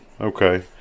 Okay